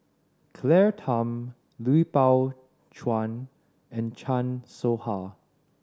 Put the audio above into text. Claire Tham Lui Pao Chuen and Chan Soh Ha